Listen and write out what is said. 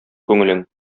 күңелең